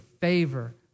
favor